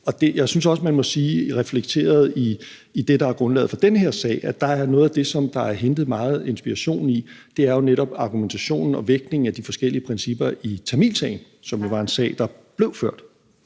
Jeg synes også, at man reflekteret i det, der er grundlaget for den her sag, må sige, at noget af det, som der er hentet meget inspiration i, netop er argumentationen og vægtningen af forskellige principper i tamilsagen, som jo var en sag, der blev ført.